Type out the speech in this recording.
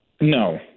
No